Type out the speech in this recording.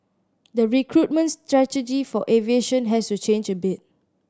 the recruitment strategy for aviation has to change a bit